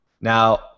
Now